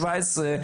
17,